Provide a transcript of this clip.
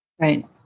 Right